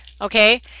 Okay